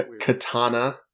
Katana